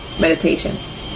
meditations